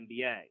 NBA